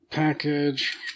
package